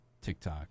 TikTok